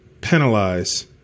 penalize